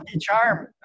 charm